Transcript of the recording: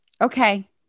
Okay